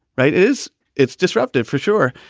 right? is it's disruptive for sure.